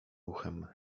uchem